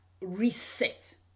reset